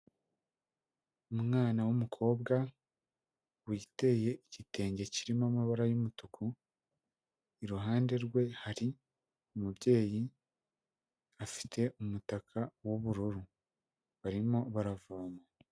Umwana w'umukobwa witeye igitenge kirimo amabara y'umutuku, iruhande rwe hari umubyeyi, afite umutaka w'ubururu, barimo baravoma.